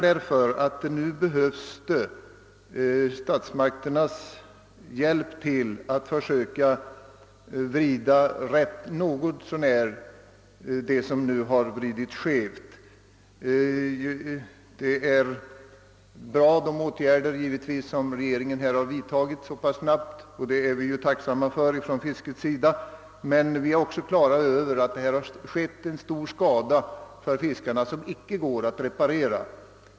Därför behövs statsmakternas hjälp att försöka vrida rätt det som har vridits skevt. Vi är tacksamma för de åtgärder som regeringen har vidtagit så snabbt. Fiskarna har emellertid tillfogats en skada som knappast går att reparera.